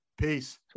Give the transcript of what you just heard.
Peace